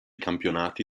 campionati